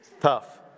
Tough